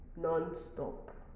non-stop